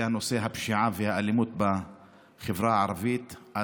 וזה נושא הפשיעה והאלימות בחברה הערבית.